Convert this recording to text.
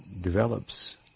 develops